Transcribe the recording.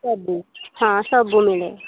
ସବୁ ହଁ ସବୁ ମିଳେ